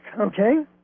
Okay